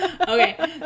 okay